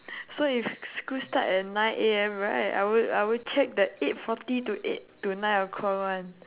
so if school start at nine A_M right I would I would check the eight forty to eight to nine o'clock one